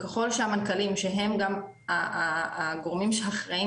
וככל שהמנכ"לים שהם גם הגורמים שאחראים